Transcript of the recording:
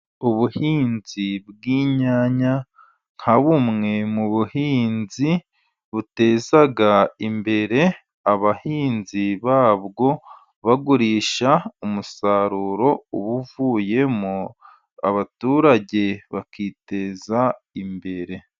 Ubuhinzi bw'inyanya nka bumwe mu buhinzi buteza imbere abahinzi babwo, bagurisha umusaruro ubuvuyemo abaturage bakiteza imbere.